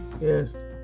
Yes